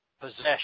possession